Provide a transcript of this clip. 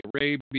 Arabia